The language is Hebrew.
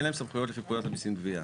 אין להם סמכויות לפי פקודת המיסים (גבייה).